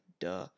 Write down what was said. Duh